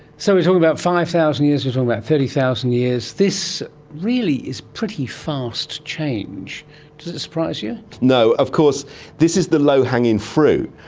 so we are talking about five thousand years, you're talking about thirty thousand years, this really is pretty fast change. does it surprise you? no. of course this is the low hanging fruit.